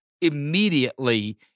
immediately